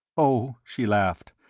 oh, she laughed,